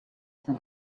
san